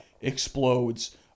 explodes